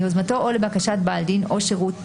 מיוזמתו או לבקשת בעל דין או שירות